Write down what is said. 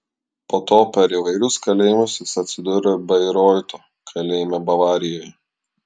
po to per įvairius kalėjimus jis atsidūrė bairoito kalėjime bavarijoje